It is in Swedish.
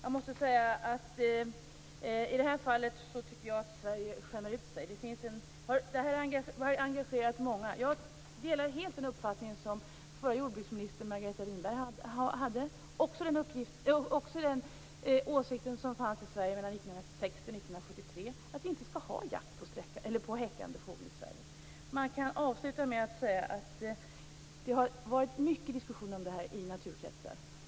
Jag måste säga att jag tycker att Sverige skämmer ut sig i det här fallet. Det här har engagerat många. Jag delar helt den uppfattningen som förra jordbruksministern Margareta Winberg hade, den åsikt som också fanns i Sverige mellan 1960 och 1973, alltså att vi inte skall ha jakt på häckande fågel i Sverige. Man kan avsluta med att säga att det har varit mycket diskussioner om det här i naturkretsar.